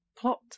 plot